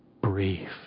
brief